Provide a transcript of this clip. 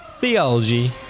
theology